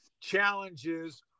challenges